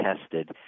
tested